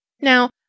Now